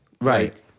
Right